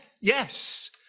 Yes